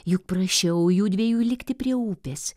juk prašiau judviejų likti prie upės